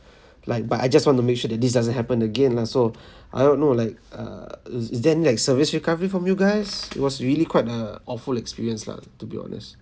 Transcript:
like but I just want to make sure that this doesn't happen again lah so I don't know like err is is there any like service recovery from you guys it was really quite a awful experience lah to be honest